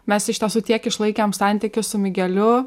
mes iš tiesų tiek išlaikėm santykius su migeliu